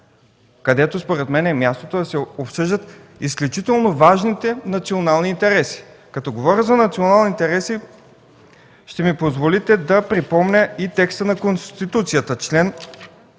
където според мен е мястото да се обсъждат изключително важните национални интереси. Като говоря за национални интереси, ще ми позволите да припомня и текста на Конституцията